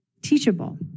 teachable